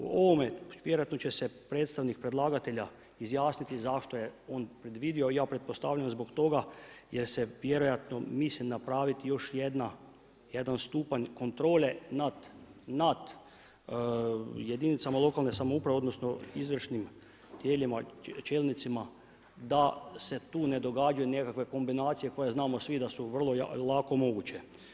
O ovome vjerojatno će se predstavnik predlagatelja izjasniti zašto je on predvidio, ja pretpostavljam zbog toga jer se vjerojatno misli napraviti još jedan stupanj kontrole nad jedinicama lokalne samouprave odnosno izvršnih tijelima, čelnicima da se tu ne događaju nekakve kombinacije koje znamo svi da su vrlo lako moguće.